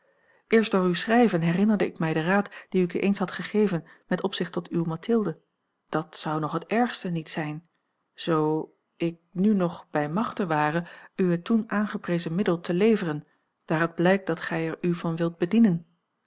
eerst door uw schrijven herinnerde ik mij den raad dien ik u eens had gegeven met opzicht tot uwe mathilde dat zou nog het ergste niet zijn zoo ik nu nog bij machte ware u het toen aangeprezen middel te leveren daar het blijkt dat gij er u van wilt bedienen